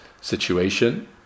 situation